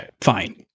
fine